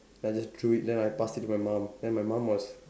then I just drew it then I pass it to my mum then my mum was